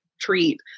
treat